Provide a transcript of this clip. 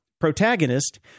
protagonist